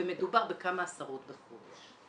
ומדובר בכמה עשרות בחודש.